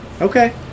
Okay